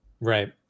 right